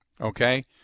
okay